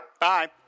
Bye